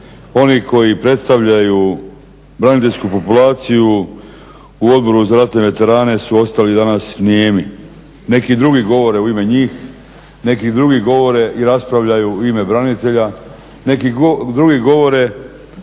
oni koji predstavljaju braniteljsku populaciju u Odboru za ratne veterane su ostali danas nijemi. Neki drugi govore u ime njih, neki drugi govore i raspravljaju u ime branitelja, neki drugi govore